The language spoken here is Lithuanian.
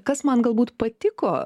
kas man galbūt patiko